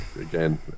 again